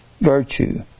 virtue